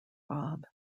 bob